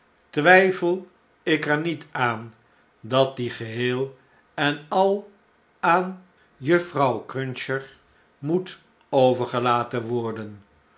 twijfel ik er niet aan dat die geheel en al aan juffrouw cruncher moet overgelaten worden